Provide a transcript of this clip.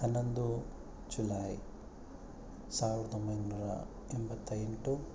ಹನ್ನೊಂದು ಜುಲೈ ಸಾವಿರದ ಒಂಬೈನೂರ ಎಂಬತ್ತ ಎಂಟು